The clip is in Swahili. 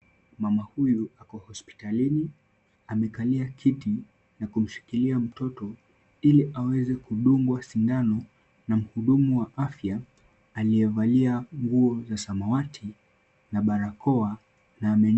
Mama huyu ako hospitalini, amekalia kiti na kumshikilia mtoto ili aweze kudungwa sindano na mhudumu wa afya aliyevalia nguo za samawati na barakoa na ame...